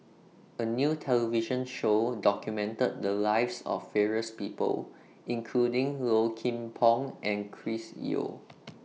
A New television Show documented The Lives of various People including Low Kim Pong and Chris Yeo